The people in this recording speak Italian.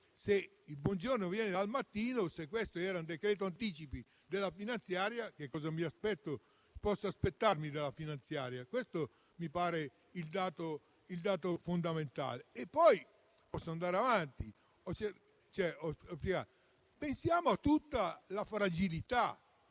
Se il buongiorno si vede dal mattino e se questo era il decreto anticipi della finanziaria, cosa posso aspettarmi dalla finanziaria? Questo mi pare il dato fondamentale. Posso andare avanti: pensiamo a tutta la fragilità.